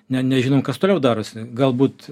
ne nežinom kas toliau darosi galbūt